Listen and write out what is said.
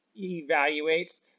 evaluates